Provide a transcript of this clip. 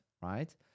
right